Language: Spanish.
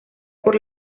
por